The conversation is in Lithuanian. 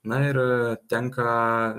na ir tenka